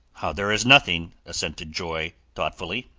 there is nothing, assented joy, thoughtfully,